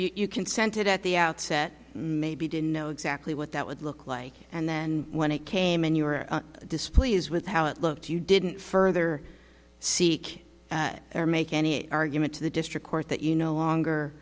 so you consented at the outset maybe didn't know exactly what that would look like and then when it came in you were displeased with how it looked you didn't further seek or make any argument to the district court that you no longer